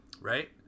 Right